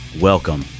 Welcome